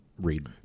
read